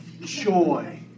joy